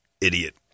Idiot